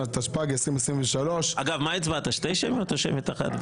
שתי שמיות.